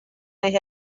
they